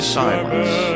silence